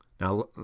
Now